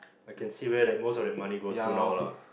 I can see where that most of the money goes to lah